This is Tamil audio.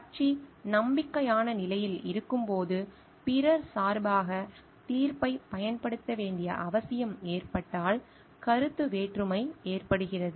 கட்சி நம்பிக்கையான நிலையில் இருக்கும்போது பிறர் சார்பாக தீர்ப்பைப் பயன்படுத்த வேண்டிய அவசியம் ஏற்பட்டால் கருத்து வேற்றுமை ஏற்படுகிறது